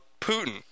Putin –